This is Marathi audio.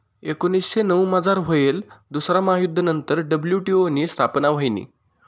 एकोनीसशे नऊमझार व्हयेल दुसरा महायुध्द नंतर डब्ल्यू.टी.ओ नी स्थापना व्हयनी